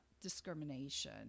discrimination